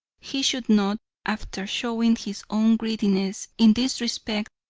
he should not, after showing his own greediness in this respect,